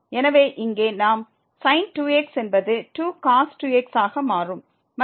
எனவே இங்கே நாம் sin 2x என்பது 2cos 2x ஆக மாறும்